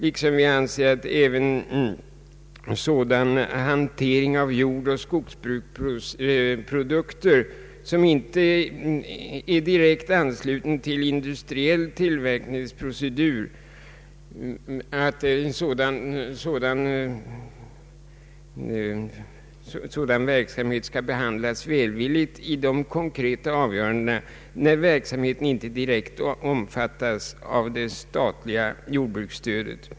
Likaså anser vi att även sådan hantering av jordoch skogsbruksprodukter som inte direkt är ansluten till en industriell = tillverkningsprocedur skall behandlas välvilligt då stödåtgärder avgörs och verksamheten inte direkt omfattas av det statliga jordbruksstödet.